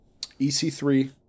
EC3